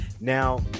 Now